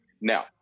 Now